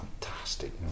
fantastic